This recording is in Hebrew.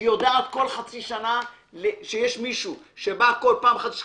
שיש מישהו שבא כל חצי שנה,